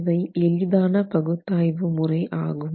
இவை எளிதான பகுத்தாய்வு முறை ஆகும்